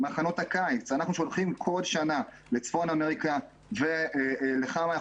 מחנות הקיץ אנחנו שולחים בכל שנה לצפון אמריקה לכמה ימים